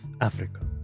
Africa